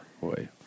boy